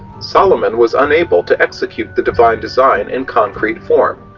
solomon was unable to execute the divine design in concrete form.